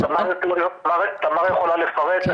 תמר יכולה לפרט.